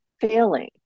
failing